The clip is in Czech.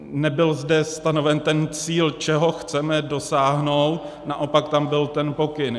Nebyl zde stanoven ten cíl, čeho chceme dosáhnout, naopak tam byl ten pokyn.